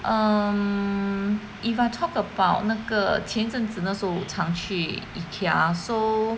um if I talk about 那个前阵子那时候常去 Ikea so